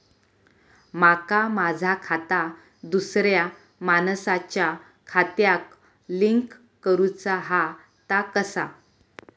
माका माझा खाता दुसऱ्या मानसाच्या खात्याक लिंक करूचा हा ता कसा?